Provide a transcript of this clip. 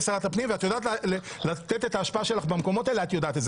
שת הפנים ויודעת לתת את ההשפעה שלך במקומות האלה.